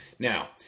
Now